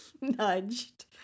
nudged